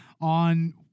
on